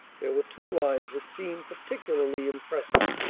there were two lines that seemed particularly impressive,